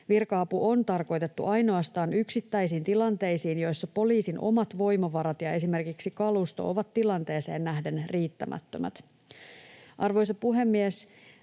Virka-apu on tarkoitettu ainoastaan yksittäisiin tilanteisiin, joissa poliisin omat voimavarat ja esimerkiksi kalusto ovat tilanteeseen nähden riittämättömät. Arvoisa puhemies!